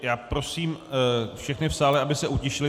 Já prosím všechny v sále, aby se utišili.